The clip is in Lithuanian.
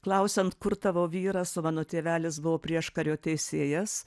klausiant kur tavo vyras o mano tėvelis buvo prieškario teisėjas